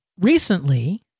recently